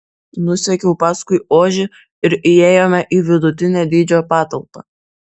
nusekiau paskui ožį ir įėjome į vidutinio dydžio patalpą